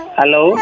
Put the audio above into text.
Hello